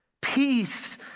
Peace